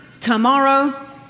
tomorrow